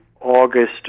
August